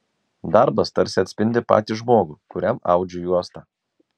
darbas tarsi atspindi patį žmogų kuriam audžiu juostą